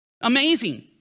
Amazing